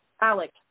Alex